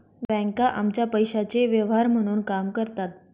बँका आमच्या पैशाचे व्यवहार म्हणून काम करतात